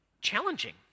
challenging